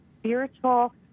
spiritual